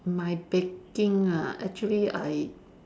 my baking ah actually I